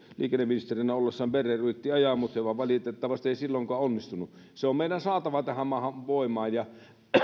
liikenneministerinä ollessaan berner yritti ajaa mutta joka vain valitettavasti ei silloinkaan onnistunut on meidän saatava tähän maahan voimaan ja